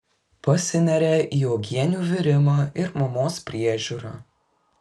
pasineria į uogienių virimą ir mamos priežiūrą